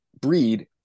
breed